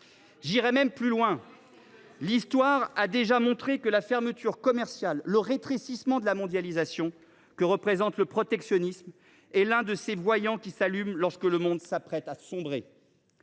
J’irai plus loin que lui : l’histoire a déjà montré que la fermeture commerciale, le rétrécissement de la mondialisation que représente le protectionnisme font partie des voyants qui s’allument lorsque le monde s’apprête à sombrer.